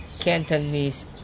Cantonese